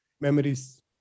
memories